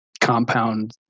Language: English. compound